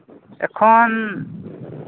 ᱮᱠᱷᱚᱱ